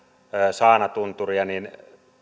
saana tunturia niin